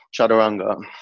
Chaturanga